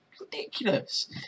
ridiculous